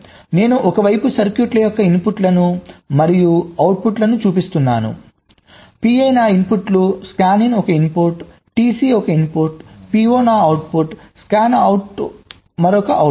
నేను ఒక వైపు సర్క్యూట్ల యొక్క ఇన్పుట్లను మరియు అవుట్పుట్లను చూపిస్తున్నాను PI నా ఇన్పుట్లు స్కానిన్ ఒకే ఇన్పుట్ TC ఒకే ఇన్పుట్ PO నా అవుట్పుట్స్ స్కాన్అవుట్ మరొక అవుట్పుట్